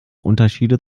unterschiede